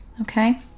Okay